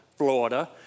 Florida